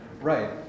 Right